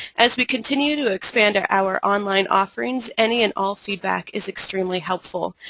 as we continue to expand our our online offerings, any and all feedback is extremely helpful.